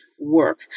work